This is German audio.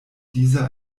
dieser